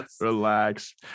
Relax